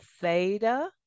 theta